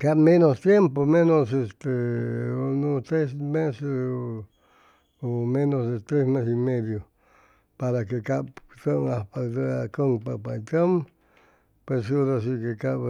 cap menos tiempu menos este tres mes u menos de tres mes y medio para que cap tʉm ajpa cʉŋpa ca tʉm pues ora si que cap